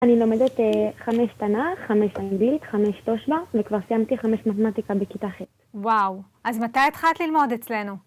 אני לומדת חמש תנ״ך, חמש אנגלית, חמש תושב"ע, וכבר סיימתי חמש מתמטיקה בכיתה ח'. וואו, אז מתי התחלת ללמוד אצלנו?